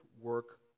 work